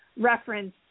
reference